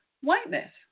whiteness